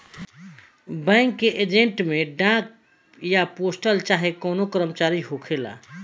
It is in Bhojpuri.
बैंक के एजेंट में डाक या पोस्टल चाहे कवनो कर्मचारी होखेला